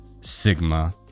sigma